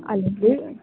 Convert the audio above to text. അല്ലെങ്കിൽ